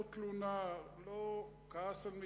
לא תלונה או כעס על מישהו.